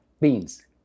beans